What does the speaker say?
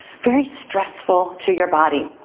very stressful to your body.